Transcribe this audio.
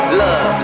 love